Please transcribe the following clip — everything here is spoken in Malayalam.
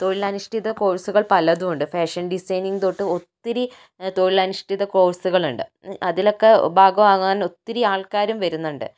തൊഴിൽ അനുഷ്ടിത കോഴ്സുകൾ പലതും ഉണ്ട് ഫാഷൻ ഡിസൈനിങ് തൊട്ട് ഒത്തിരി തൊഴിൽ അനുഷ്ഠിത കോഴ്സുകൾ ഉണ്ട് അതിലൊക്കെ ഭാഗമാകാൻ ഒത്തിരി ആൾക്കാരും വരുന്നുണ്ട്